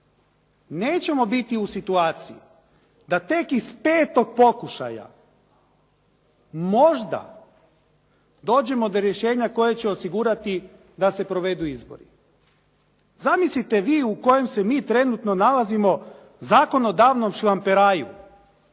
nećemo biti u situaciji da tek iz petog pokušaja možda dođemo do rješenja koje će osigurati da se provedu izbori. Zamislite vi u kojem se mi trenutno nalazimo zakonodavnom šlamperaju